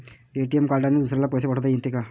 ATM कार्डने दुसऱ्याले पैसे पाठोता येते का?